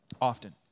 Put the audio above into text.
often